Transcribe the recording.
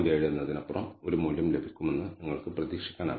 7 എന്നതിനപ്പുറം ഒരു മൂല്യം ലഭിക്കുമെന്ന് നിങ്ങൾക്ക് പ്രതീക്ഷിക്കാനാവില്ല